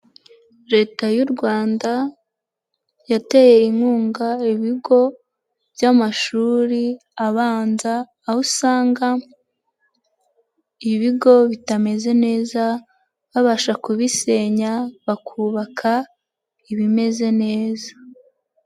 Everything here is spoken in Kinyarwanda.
Leta y'urwanda yateye inkunga ibigo by'amashuri abanza, aho usanga ibigo bitameze neza babasha kubisenya bakubaka ibimeze neza.